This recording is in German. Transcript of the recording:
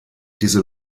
diese